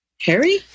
Harry